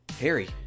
harry